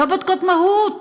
לא בודקות מהות,